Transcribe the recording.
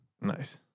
Nice